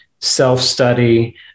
self-study